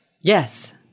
yes